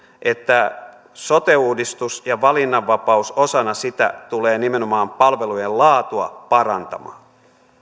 että sote uudistus ja valinnanvapaus osana sitä tulee nimenomaan palvelujen laatua parantamaan